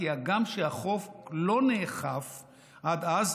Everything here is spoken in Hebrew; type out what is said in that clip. כי הגם שהחוק לא נאכף עד אז,